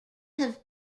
have